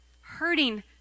hurting